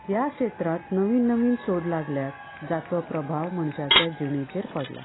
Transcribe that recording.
ह्या क्षेत्रांत नवीन नवीन शोद लागल्यात जाचो प्रभाव मनशाच्या जिणेचेर पडला